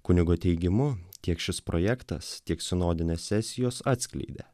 kunigo teigimu tiek šis projektas tiek sinodinės sesijos atskleidė